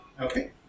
Okay